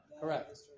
Correct